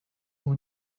اون